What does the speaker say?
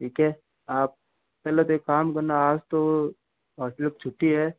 ठीक है आप चलो तो एक काम करना आज तो हॉस्पिटल की छुट्टी है